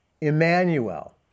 Emmanuel